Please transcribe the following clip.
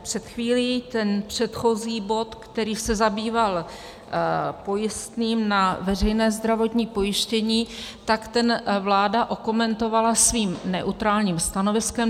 Před chvílí ten předchozí bod, který se zabýval pojistným na veřejné zdravotní pojištění, vláda okomentovala svým neutrálním stanoviskem.